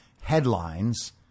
headlines